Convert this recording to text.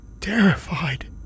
terrified